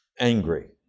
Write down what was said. angry